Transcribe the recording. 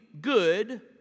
good